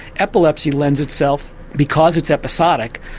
epilepsy lends itself, because it's episodic,